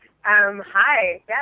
Hi